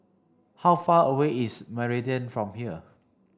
how far away is Meridian from here